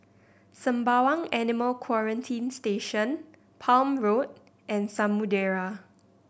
Sembawang Animal Quarantine Station Palm Road and Samudera